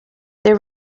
their